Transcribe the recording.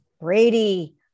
Brady